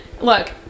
Look